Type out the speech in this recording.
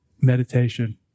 meditation